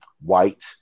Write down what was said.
white